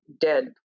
dead